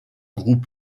group